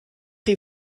chi